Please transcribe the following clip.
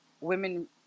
women